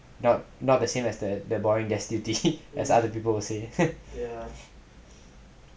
not not the same as the the boring J_C kids as other people say